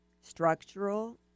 structural